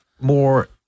more